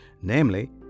namely